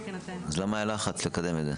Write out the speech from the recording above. אז למה היה לחץ לקדם את זה?